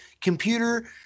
computer